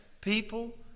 people